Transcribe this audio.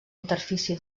interfície